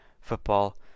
Football